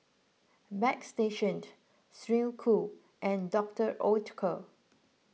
Bagstationz Snek Ku and Doctor Oetker